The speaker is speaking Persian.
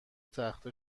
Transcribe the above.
تخته